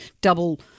double